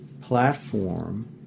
platform